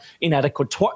inadequate